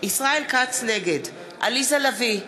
נגד עליזה לביא,